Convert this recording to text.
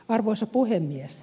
arvoisa puhemies